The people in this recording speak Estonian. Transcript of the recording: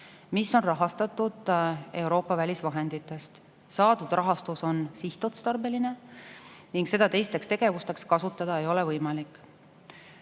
mis on rahastatud Euroopa välisvahenditest. Saadud rahastus on sihtotstarbeline ning seda teisteks tegevusteks kasutada ei ole võimalik.